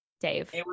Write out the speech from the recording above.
Dave